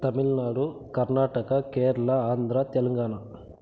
Tamil Nadu Karnataka Kerala Andhra Telangana